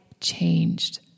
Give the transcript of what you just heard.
changed